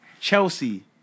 Chelsea